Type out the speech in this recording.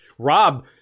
Rob